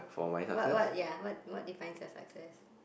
what what ya what what defines your success